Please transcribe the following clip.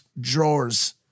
drawers